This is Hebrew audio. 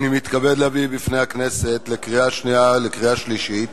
אני מתכבד להביא בפני הכנסת לקריאה שנייה ולקריאה שלישית